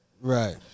right